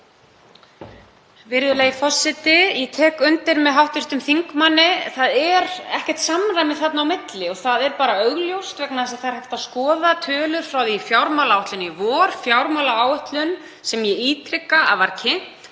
Virðulegi forseti. Ég tek undir með hv. þingmanni; það er ekkert samræmi þarna á milli. Það er augljóst vegna þess að það er hægt að skoða tölur frá því í fjármálaáætlun í vor, fjármálaáætlun sem ég ítreka að var kynnt